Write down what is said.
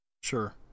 Sure